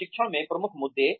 प्रशिक्षण में प्रमुख मुद्दे